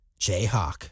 Jayhawk